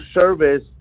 service